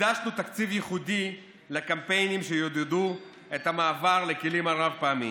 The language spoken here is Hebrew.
הקדשנו תקציב ייחודי לקמפיינים שיעודדו את המעבר לכלים הרב-פעמיים,